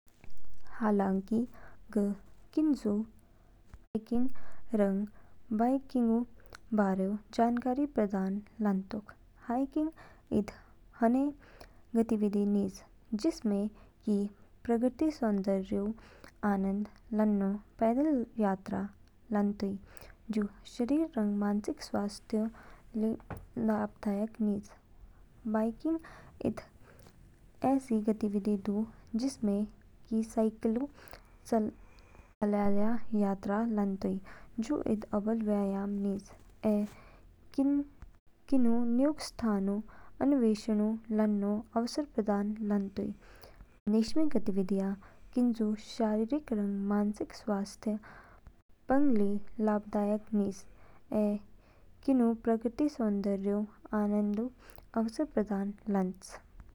हालाँकि, ग किनजू हाइकिंग रंग बाइकिंगऊ बारे जानकारी प्रदान लानतोक। हाइकिंग इद होने गतिविधि निज जिसमे कि प्राकृतिक सौंदर्यऊ आनंद लानो पैदल यात्रा लानतोई। जू शारीरिक रंग मानसिक स्वास्थ्यऊ ली लाभदायकनिज। बाइकिंग इद ऐसी गतिविधि दू जिसमें कि साइकिलऊ चलयाया यात्रा लानतोई। जू इद अबोल व्यायाम निज ऐ किनू न्यूग स्थानऊ अन्वेषण लानो अवसर प्रदान लानतो। निशमि गतिविधियाँ किनजू शारीरिक रंग मानसिक स्वास्थ्य पंगली लाभदायक निज ऐ किनू प्राकृतिक सौंदर्यऊ आनंदऊ अवसर प्रदान लान्च।